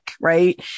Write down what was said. right